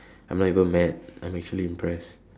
I'm not even mad I'm actually impressed